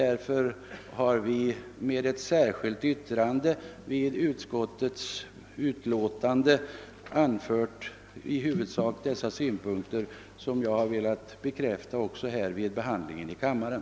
Vi har i ett särskilt yttrande vid utskottets utlåtande anfört i huvudsak dessa synpunkter som jag också har velat redogöra för vid behandlingen i kammaren.